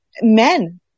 men